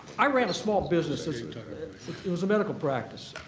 i ran a small business it was a medical practice.